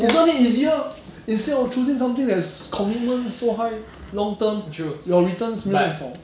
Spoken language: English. isn't it easier instead of choosing something that's commitment so high long term your returns 没有这样少